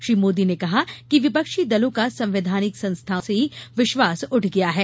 श्री मोदी ने कहा कि विपक्षी दलों का संवैधानिक संस्थाओं से ही विश्वास उठ गया है